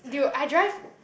dude I drive